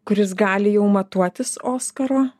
kuris gali jau matuotis oskarą